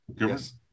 Yes